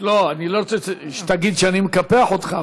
אני לא רוצה שתגיד שאני מקפח אותך,